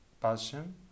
passion